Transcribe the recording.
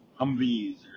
humvees